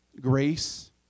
grace